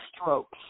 strokes